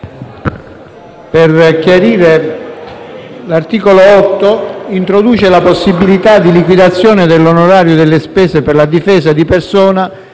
Presidente, l'articolo 8 introduce la possibilità di liquidazione dell'onorario delle spese per la difesa di persona